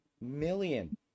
million